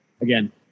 again